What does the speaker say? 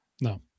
No